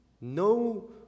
No